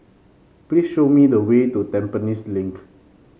please show me the way to Tampines Link